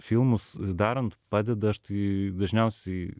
filmus darant padeda aš tai dažniausiai